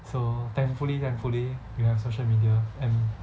so thankfully thankfully you have social media and